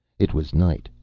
it was night.